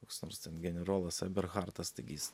koks nors ten generolas eberhartas taigi jis